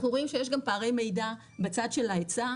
אנחנו רואים שיש גם פערי מידע בצד של ההיצע,